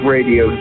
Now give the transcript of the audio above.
Radio